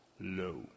Low